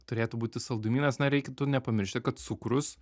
turėtų būti saldumynas na reikėtų nepamiršti kad cukrus